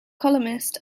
columnist